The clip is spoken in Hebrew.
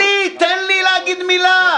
תן לי, תן לי להגיד מילה.